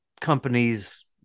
companies